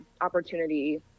opportunity